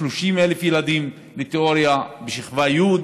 ושיעור ההצלחה היה 90%. השנה ייכנסו 30,000 ילדים לתיאוריה בשכבה י',